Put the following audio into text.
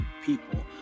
people